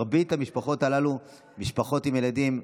מרבית המשפחות הללו הן משפחות עם ילדים.